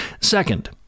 Second